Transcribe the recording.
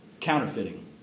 counterfeiting